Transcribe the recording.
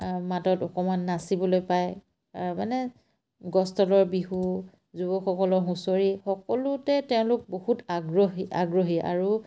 মাতত অকমান নাচিবলৈ পায় মানে গছ তলৰ বিহু যুৱকসকলৰ হুঁচৰি সকলোতে তেওঁলোক বহুত আগ্ৰহী আগ্ৰহী আৰু